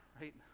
right